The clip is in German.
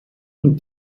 und